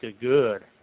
good